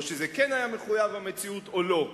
או שזה כן היה מחויב המציאות או לא.